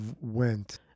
went